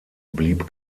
blieb